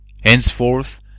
Henceforth